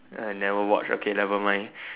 I never watch okay never mind